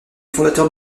fondateur